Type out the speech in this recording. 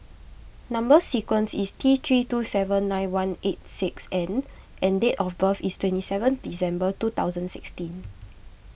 Number Sequence is T three two seven nine one eight six N and date of birth is twenty seven December two thousand sixteen